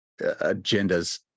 agendas